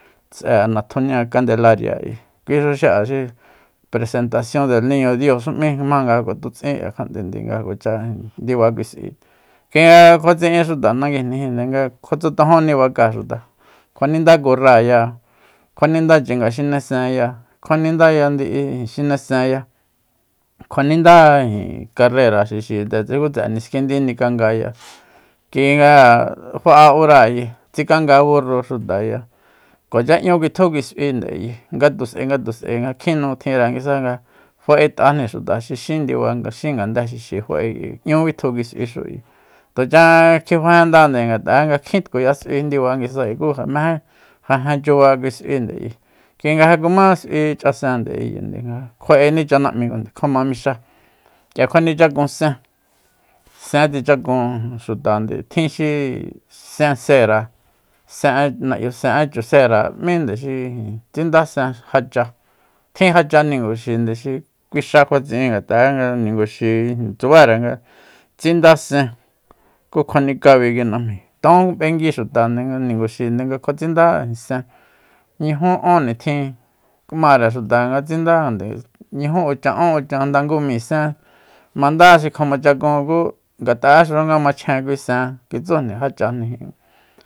Tse'e natunia kandelaria ayi xu xu xi'a xi presentasion del niño dios xu m'í jmanga kjuatjutsin k'ia kja'te nga ja kuacha ijin ndiba lui s'ui kui nga kjua tsi'in xuta nanguijnijinde nga kjua tsutojoni bakáa xuta kjuaninda kurráaya kjua ninda chinga xine senya kjuaninda yandi'ixinesenya kjuaninda ijin karrera xixi tse s'ui ku tse'e niskindi nikangaya kui nga fa'a ura ayi tsikanga burru xutaya kuacha n'ñu kuitjú kui s'uinde ayi ngatus'ae ngatus'ae nga kjin nu tjinre nguisa nga fa'et'ajni xuta xi xin ndiba nga xin ngande xixi fa'e k'ui 'ñu bitju kui s'uixu tuchan kjifajendande ngat'a nga kjin tkuya s'ui xi ndiba nguisa ku ja mejé jajen chuba kui s'uinde ayi kui nga ja kuma s'ui ch'asende ayende kjuaeni chana'mi kjuama mixáa k'ia kjuanichakun sen sen tsichakun xutande tjin xi sen sera sen'e na'yusen'e chusera 'minde xi ijin tsinda sen jácha tjin ja cha ninguxinde kui xa kjua tsi'in ngat'a'e ninguxi ijin tsubare nga tsinda sen ku kjuanikabi kui najmíi ton b'engui xutande nga ninguxinde nga kjua tsindá sen ñujú ún nitjin mare xuta nga tsindande ñujun uchan ún uchan nda ngu mi sen mandá xi kjuamachakun ku ngat'a'exu nga machjen kui sen kitsújni já chajni